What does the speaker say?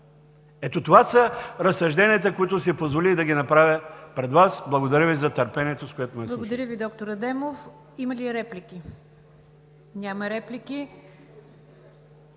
Ето това са разсъжденията, които си позволих да направя пред Вас. Благодаря Ви за търпението, с което ме изслушахте.